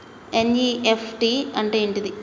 NEFT అంటే ఏంటిది?